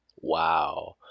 wow